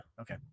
Okay